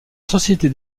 société